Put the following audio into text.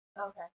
Okay